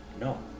No